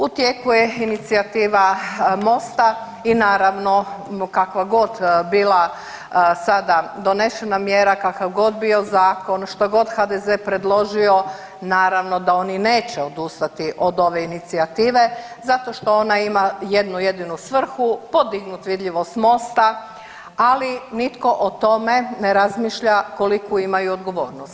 U tijeku je inicijativa Mosta i naravno kakva god bila sada donešena mjera, kakav god bio zakon, što god HDZ predložio naravno da oni neće odustati od ove inicijative zato što ona ima jednu jedinu svrhu podignut vidljivost Mosta, ali nitko o tome ne razmišlja koliku imaju odgovornost.